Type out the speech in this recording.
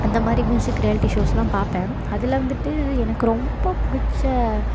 அந்த மாதிரி music reality ஷோஸுல்லாம் பார்ப்பேன் அதில் வந்துவிட்டு எனக்கு ரொம்ப பிடிச்ச